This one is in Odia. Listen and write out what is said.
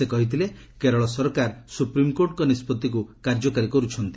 ସେ କହିଥିଲେ କେରଳ ସରକାର ସୁପ୍ରିମ୍କୋର୍ଟଙ୍କ ନିଷ୍ପଭିକ୍ କାର୍ଯ୍ୟକାରୀ କର୍ତ୍ଥନ୍ତି